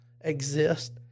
exist